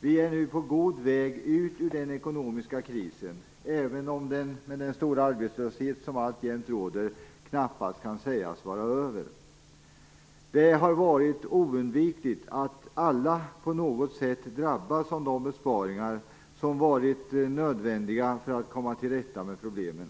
Vi är nu på god väg ut ur den ekonomiska krisen, även om den med den stora arbetslöshet som alltjämt råder knappast kan sägas vara över. Det har varit oundvikligt att alla på något sätt drabbas av de besparingar som varit nödvändiga för att komma till rätta med problemen.